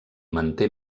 manté